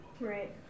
Right